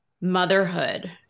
motherhood